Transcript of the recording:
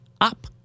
Up